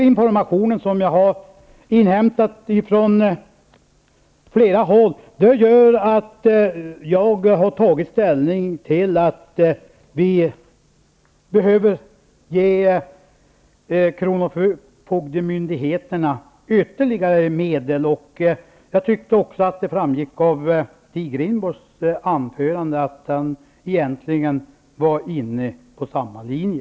Information som jag har inhämtat från flera håll gör att jag har kommit fram till att vi behöver ge kronofogdemyndigheterna ytterligare medel. Jag tyckte också att det framgick av Stig Rindborgs anförande att han egentligen var inne på samma linje.